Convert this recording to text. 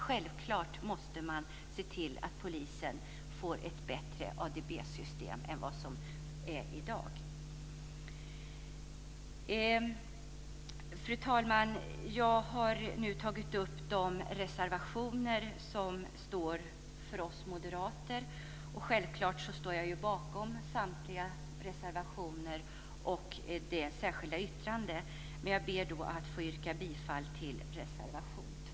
Självklart måste vi se till att polisen får ett bättre ADB-system än det som är i dag. Fru talman! Jag har nu tagit upp de reservationer som vi moderater står bakom. Självklart står jag bakom samtliga reservationer och det särskilda yttrandet. Men jag ber att få yrka bifall till reservation 2.